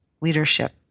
leadership